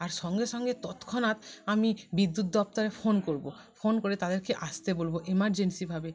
আর সঙ্গে সঙ্গে তৎক্ষণাৎ আমি বিদ্যুৎ দপ্তরে ফোন করবো ফোন করে তাদেরকে আসতে বলবো এমার্জেন্সিভাবে